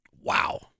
wow